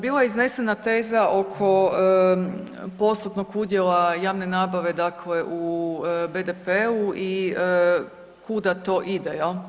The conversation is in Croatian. Bila je iznesena teza oko postotnog udjela javne nabave, dakle u BDP-u i kuda to ide.